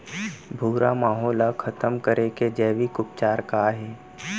भूरा माहो ला खतम करे के जैविक उपचार का हे?